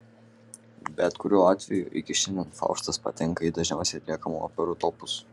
bet kuriuo atveju iki šiandien faustas patenka į dažniausiai atliekamų operų topus